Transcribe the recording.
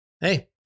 Hey